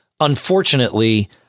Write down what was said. Unfortunately